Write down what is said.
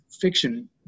fiction